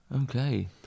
Okay